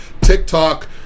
TikTok